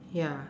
ya